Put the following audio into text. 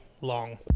long